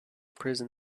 prison